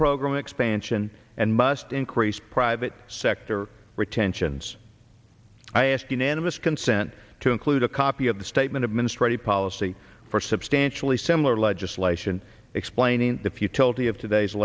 program expansion and must increase private sector retentions i ask unanimous consent to include a copy of the statement administrative policy for substantially similar legislation explaining the futility of today's